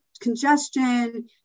congestion